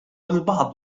البعض